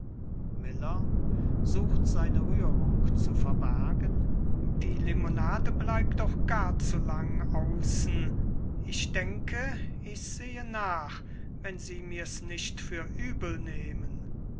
verbergen die limonade bleibt auch gar zu lang außen ich denke ich sehe nach wenn sie mir's nicht für übel nehmen ferdinand